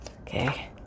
okay